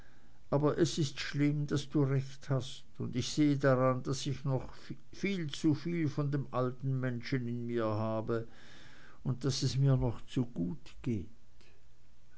aber es ist schlimm daß du recht hast und ich sehe daran daß ich noch zu viel von dem alten menschen in mir habe und daß es mir noch zu gut geht